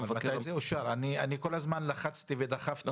כל הזמן לחצתי ודחפתי.